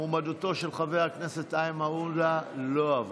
מועמדותו של חבר הכנסת איימן עודה לא עברה.